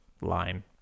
line